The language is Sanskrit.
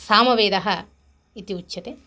सामवेदः इति उच्यते